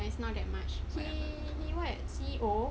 oh it's not that much